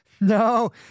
No